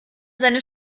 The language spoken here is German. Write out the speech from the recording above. seine